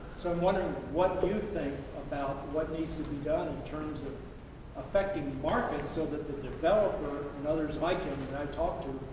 so, i'm wondering what you think about what needs to be done in terms of affecting markets so that the developer and others like him that i talk to,